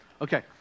Okay